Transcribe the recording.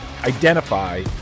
Identify